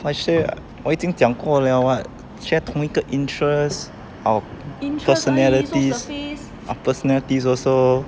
I share 我已经讲过 liao [what] share 同一个 interest our personalities our personalities also